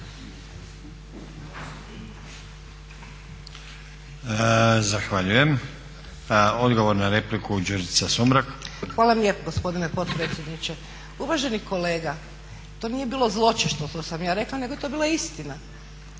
Zahvaljujem. Odgovor na repliku Đurđica Sumrak. **Sumrak, Đurđica (HDZ)** Hvala vam lijepo gospodine potpredsjedniče. Uvaženi kolega, to nije bilo zločesto što sam ja rekla nego je to bila istina.